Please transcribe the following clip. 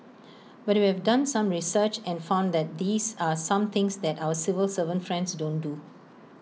but we've done some research and found that these are some things that our civil servant friends don't do